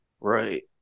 Right